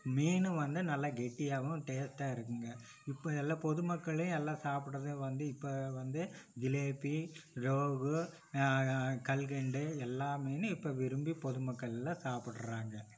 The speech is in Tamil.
மீன் வந்து நல்லா கெட்டியாகவும் டேஸ்ட்டாக இருக்குங்க இப்போ எல்லா பொதுமக்களே எல்லாம் சாப்பிடுறது வந்து இப்போ வந்து ஜிலேபி லோகு கல்கண்டு எல்லா மீனும் இப்போ விரும்பி பொதுமக்களெல்லாம் சாப்பிடுறாங்க